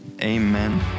Amen